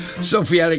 Sophie